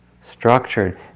structured